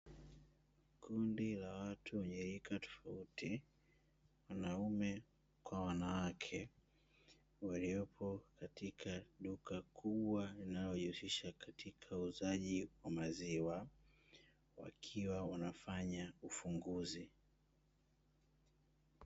Kundi la watu wenye rika tofauti wanaume kwa wanawake, walioko katika duka kubwa linalojihusisha katika uuzaji wa maziwa, wakiwa wanafanya ufunguzi.